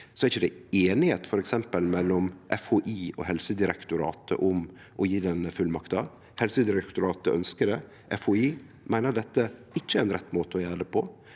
f.eks. ikkje einigheit mellom FHI og Helsedirektoratet om å gje denne fullmakta. Helsedirektoratet ønskjer det, mens FHI meiner dette ikkje er rett måte å gjere det på,